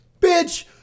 Bitch